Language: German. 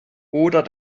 oder